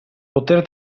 poter